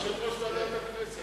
יושב-ראש ועדת הכנסת,